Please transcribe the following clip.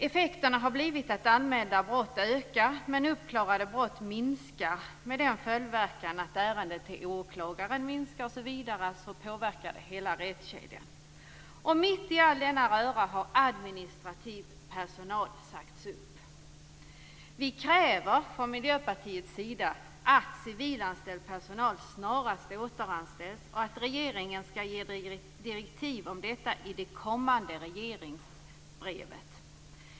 Effekterna har blivit att antalet anmälda brott ökar, medan antalet uppklarade brott minskar med den följdverkan att antalet ärenden till åklagaren minskar osv. Det påverkar hela rättskedjan. Mitt i all denna röra har administrativ personal sagts upp. Vi kräver från Miljöpartiets sida att civilanställd personal snarast återanställs och att regeringen ger direktiv om detta i det kommande regleringsbrevet.